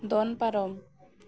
ᱫᱚᱱ ᱯᱟᱨᱚᱢ